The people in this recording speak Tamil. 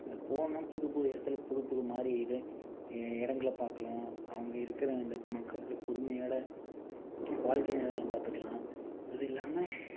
இந்த போனோம் புது புது இடத்துல புது புது மாதிரி இது இடங்கள பார்க்கலாம் அவங்க இருக்கிற அந்த மக்களோட புதுமையோட வாழ்க்கையில் பார்த்துக்கலாம் அது இல்லாமல்